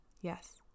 Yes